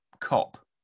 cop